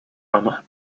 and